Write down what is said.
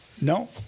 No